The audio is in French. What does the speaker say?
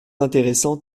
intéressant